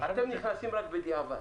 אתם נכנסים רק בדיעבד.